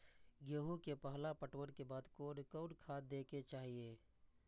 गेहूं के पहला पटवन के बाद कोन कौन खाद दे के चाहिए?